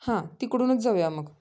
हा तिकडूनच जाऊ या मग